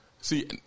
see